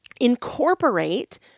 incorporate